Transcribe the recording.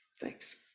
Thanks